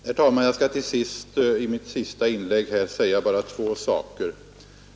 Herr talman! Jag skall i mitt sista inlägg bara ta upp två saker.